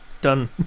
done